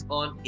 on